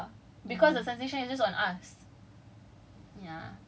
yes it's reported but but nothing is reported in the media